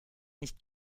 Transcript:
nicht